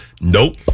Nope